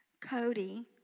Cody